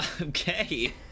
Okay